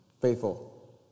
faithful